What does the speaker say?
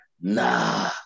Nah